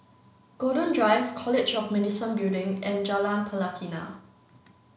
Golden Drive College of Medicine Building and Jalan Pelatina